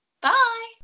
Bye